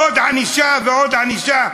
עוד ענישה ועוד ענישה?